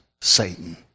Satan